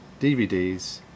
DVDs